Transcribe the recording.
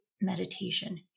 meditation